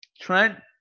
Trent